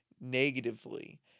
negatively